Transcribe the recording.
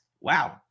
wow